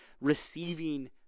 receiving